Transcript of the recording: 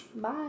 Bye